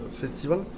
Festival